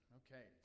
okay